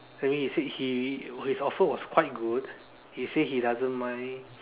that means he said he his offer was quite good he say he doesn't mind